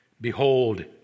behold